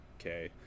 okay